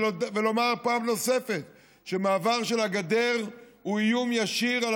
ולומר פעם נוספת שמעבר של הגדר הוא איום ישיר על